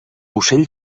ocell